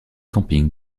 campings